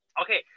Okay